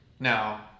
Now